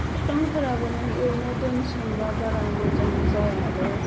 बिफांफोराबो माने ओरैनो दैआव दोनसोमबा बारा मोजां जाया आरो